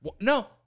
No